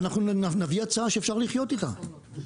ואנחנו נביא הצעה שאפשר לחיות איתה.